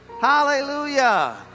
Hallelujah